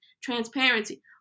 transparency